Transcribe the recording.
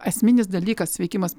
esminis dalykas sveikimas